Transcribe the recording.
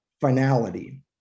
finality